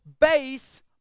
base